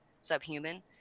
subhuman